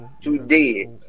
today